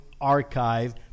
archive